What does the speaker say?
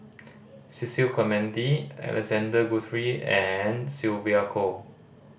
Cecil Clementi Alexander Guthrie and Sylvia Kho